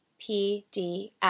PDF